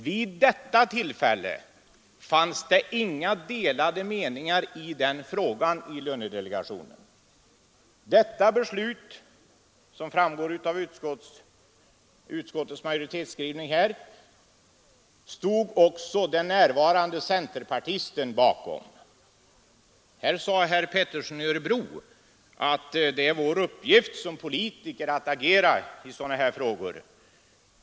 Vid det tillfället rådde inga delade meningar i frågan inom lönedelegationen. Detta beslut stod också — som framgår av utskottsmajoritetens skrivning i betänkandet — den närvarande centerpartisten bakom. Herr Pettersson i Örebro sade att det är vår uppgift som politiker att agera i sådana här frågor.